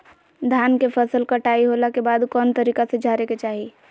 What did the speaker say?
धान के फसल कटाई होला के बाद कौन तरीका से झारे के चाहि?